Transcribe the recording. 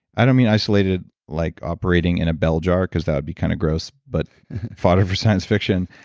i don't mean isolated, like operating in a bell jar because that'd be kind of gross, but fodder for science fiction,